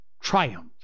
triumph